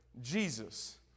Jesus